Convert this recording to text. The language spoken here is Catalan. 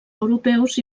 europeus